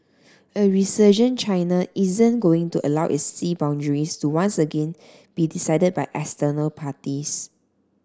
a resurgent China isn't going to allow its sea boundaries to once again be decided by external parties